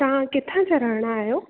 तव्हां किथां जा रहंदड़ आयो